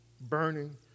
burning